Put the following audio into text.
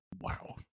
wow